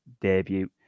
Debut